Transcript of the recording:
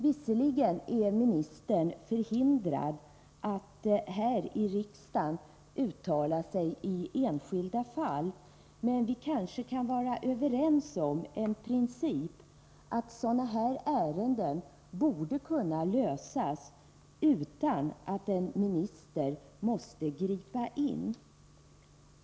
Visserligen är ministern förhindrad att här i riksdagen uttala sig i enskilda fall, men vi kanske kan vara överens om en princip, nämligen att sådana här ärenden borde kunna lösas utan att en minister skall behöva gripa in.